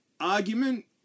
Argument